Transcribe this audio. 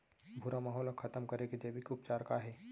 भूरा माहो ला खतम करे के जैविक उपचार का हे?